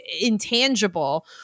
intangible